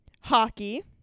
Hockey